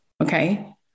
Okay